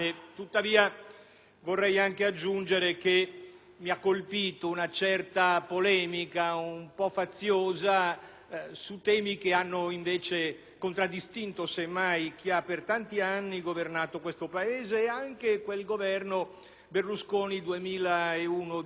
Vorrei anche aggiungere che mi ha colpito una certa polemica, un po' faziosa, su temi che hanno, invece, contraddistinto, semmai, chi ha per tanti anni governato questo Paese e anche quel Governo Berlusconi che